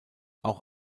auch